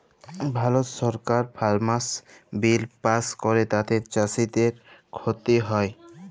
ভারত সরকার farmers bill pass ক্যরে তাতে চাষীদের খ্তি হ্যয়